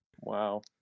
Wow